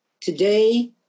Today